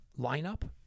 lineup